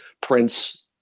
Prince